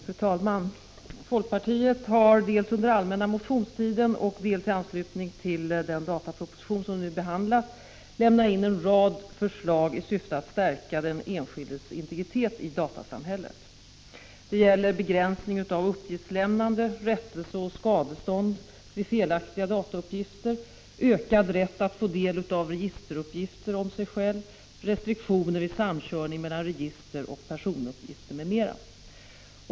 Fru talman! Folkpartiet har dels under den allmänna motionstiden, dels i anslutning till den dataproposition vi nu behandlar lämnat in en rad förslag i syfte att stärka den enskildes integritet i datasamhället. Det gäller begränsning av uppgiftslämnande, rättelse och skadestånd vid felaktiga datauppgifter, ökad rätt att få del av registeruppgifter om sig själv, restriktioner vid samkörning mellan register och personuppgifter m.m.